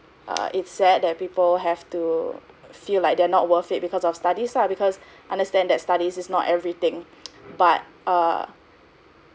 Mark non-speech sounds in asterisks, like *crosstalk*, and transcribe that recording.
err it said that people have to feel like they are not worth it because of studies lah because *breath* understand that studies is not everything but err